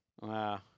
Wow